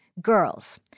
Girls